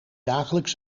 dagelijks